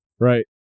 Right